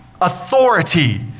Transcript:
Authority